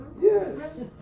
Yes